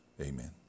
Amen